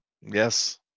Yes